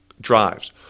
drives